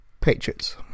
Patriots